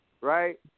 right